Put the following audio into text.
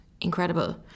incredible